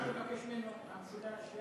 תוכל לבקש ממנו את המשולש,